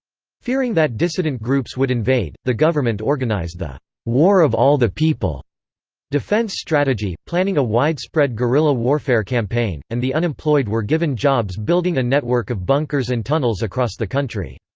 fearing that dissident groups would invade, the government organised the war of all the people defense strategy, planning a widespread guerrilla warfare campaign, and the unemployed were given jobs building a network of bunkers and tunnels across the country.